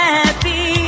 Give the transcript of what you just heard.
happy